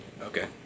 Okay